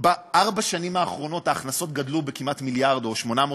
בארבע השנים האחרונות ההכנסות גדלו כמעט במיליארד,